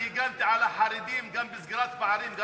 אני הגנתי על החרדים גם בסגירת פערים.